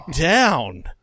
down